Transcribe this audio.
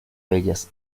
bellas